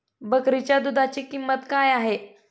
बकरीच्या दूधाची किंमत काय आहे?